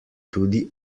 tudi